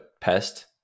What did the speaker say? pest